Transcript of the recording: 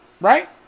Right